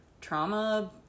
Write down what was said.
trauma-